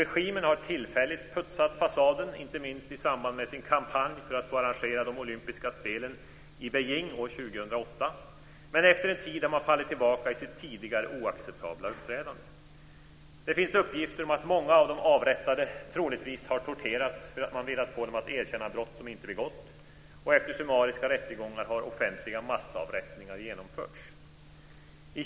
Regimen har tillfälligt putsat fasaden, inte minst i samband med sin kampanj för att få arrangera de olympiska spelen i Beijing år 2008. Men efter en tid har man fallit tillbaka i sitt tidigare oacceptabla uppträdande. Det finns uppgifter om att många av de avrättade troligtvis har torterats därför att man velat få dem att erkänna brott som de inte begått. Efter summariska rättegångar har offentliga massavrättningar genomförts.